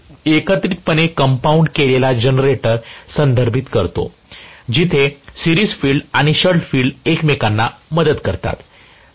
तर एकत्रितपणे कंपाऊंड केलेला जनरेटर संदर्भित करतो जेथे सिरिज फील्ड आणि शंट फील्ड एकमेकांना मदत करतात